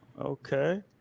Okay